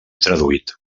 traduït